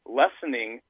lessening